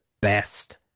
best